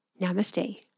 Namaste